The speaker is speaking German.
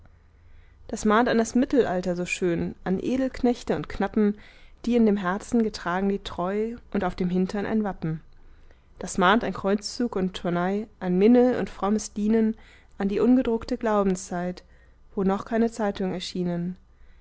das mahnt an das mittelalter so schön an edelknechte und knappen die in dem herzen getragen die treu und auf dem hintern ein wappen das mahnt an kreuzzug und turnei an minne und frommes dienen an die ungedruckte glaubenszeit wo noch keine zeitung erschienen